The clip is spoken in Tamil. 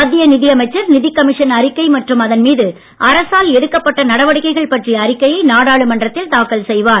மத்திய நிதியமைச்சர் நிதிக் கமிஷன் அறிக்கை மற்றும் அதன் மீது அரசால் எடுக்கப்பட்ட நடவடிக்கைகள் பற்றிய அறிக்கையை நாடாளுமன்றத்தில் தாக்கல் செய்வார்